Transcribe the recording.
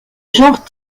genre